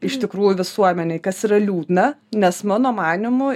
iš tikrųjų visuomenėj kas yra liūdna nes mano manymu